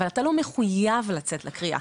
אבל אתה לא מחויב לצאת לקריאה.